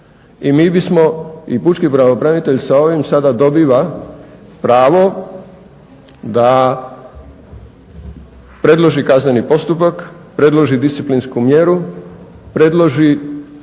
I mi bismo, i pučki pravobranitelj sa ovim sada dobiva pravo da predloži kazneni postupak, predloži disciplinsku mjeru, predloži